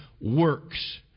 works